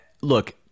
Look